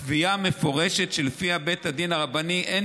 קביעה מפורשת שלפיה לבית הדין הרבני אין